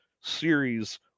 series